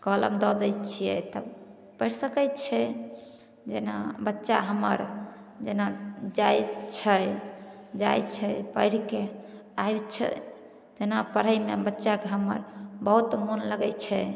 कलम दऽ दै छियै तऽ पढ़ि सकय छै जेना बच्चा हमर जेना जाइ छै जाइ छै पढ़िके आबय छै तेना पढ़यमे बच्चाके हमर बहुत मोन लगय छै